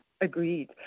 Agreed